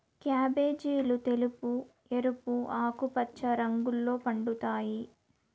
క్యాబేజీలు తెలుపు, ఎరుపు, ఆకుపచ్చ రంగుల్లో పండుతాయి